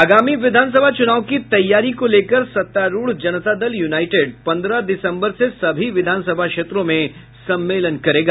आगामी विधानसभा चुनाव की तैयारी को लेकर सत्तारूढ़ जनता दल यूनाईटेड पन्द्रह दिसम्बर से सभी विधानसभा क्षेत्रों में सम्मेलन करेगा